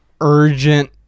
urgent